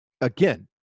again